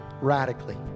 radically